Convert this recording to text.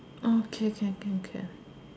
orh okay can can can